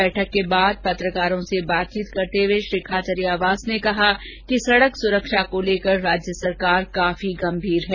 बैठक के बाद पत्रकारों से बातचीत करते हुए श्री खाचरियावास ने कहा कि सड़क सुरक्षा को लेकर राज्य सरकार काफी गंभीर है